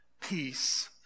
peace